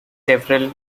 several